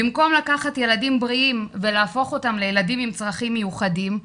במקום לקחת ילדים בריאים ולהפוך אותם לילדים עם צרכים מיוחדים,